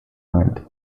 find